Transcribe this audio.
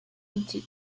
into